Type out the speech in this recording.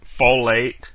folate